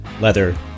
leather